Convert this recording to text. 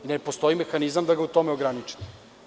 Ne postoji mehanizam da ga u tome ograniči.